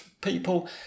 people